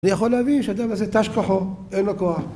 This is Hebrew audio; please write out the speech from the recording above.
אני יכול להבין שהאדם הזה תש כוחו, אין לו כוח